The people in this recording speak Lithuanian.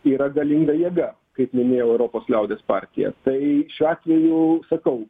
yra galinga jėga kaip minėjau europos liaudies partija tai šiuo atveju sakau